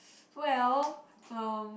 well uh